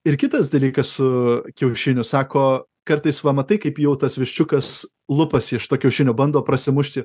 ir kitas dalykas su kiaušiniu sako kartais va matai kaip jau tas viščiukas lupasi iš to kiaušinio bando prasimušti